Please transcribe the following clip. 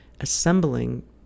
assembling